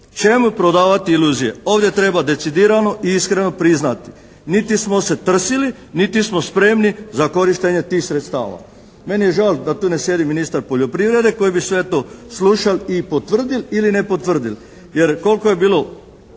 Čemu prodavati iluzije? Ovdje treba decidirano i iskreno priznati. Niti smo se trsili niti smo spremni za korištenje tih sredstava. Meni je žao da tu ne sjedi ministar poljoprivrede koji bi sve to slušal i potvrdil ili ne potvrdil.